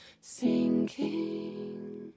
sinking